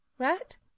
Right